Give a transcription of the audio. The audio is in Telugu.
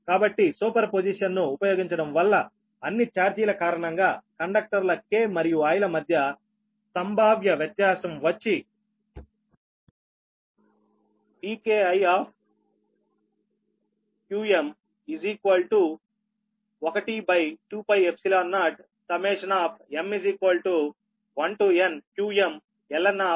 కాబట్టి సూపర్పోజిషన్ ఉపయోగించడం వల్ల అన్ని ఛార్జీల కారణంగా కండక్టర్ల k మరియు i ల మధ్య సంభావ్య వ్యత్యాసం వచ్చి Vki 1 2 Π0